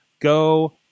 Go